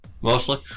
Mostly